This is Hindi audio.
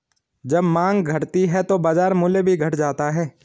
जब माँग घटती है तो बाजार मूल्य भी घट जाता है